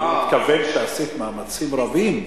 אבל הוא מתכוון שעשית מאמצים רבים.